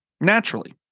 naturally